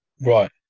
right